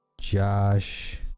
josh